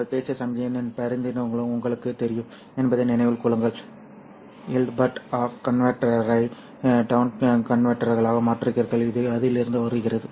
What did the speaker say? நாங்கள் பேசிய சமிக்ஞையின் பிரதிநிதித்துவம் உங்களுக்குத் தெரியும் என்பதை நினைவில் கொள்ளுங்கள் ஹில்பர்ட் அப் கன்வெர்ட்டரை டவுன் கன்வெர்ட்டராக மாற்றுகிறார் இது அதிலிருந்து வருகிறது